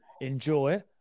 enjoy